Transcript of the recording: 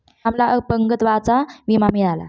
रामला अपंगत्वाचा विमा मिळाला